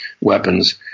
weapons